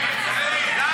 גם,